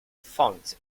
font